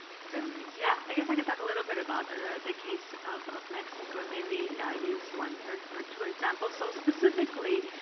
tanalis. yeah. i guess i can talk a little bit about and ah the case of of mexico and maybe use one or or two examples. so specifically,